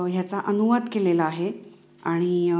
ह्याचा अनुवाद केलेला आहे आणि